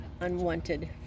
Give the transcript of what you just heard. unwanted